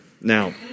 Now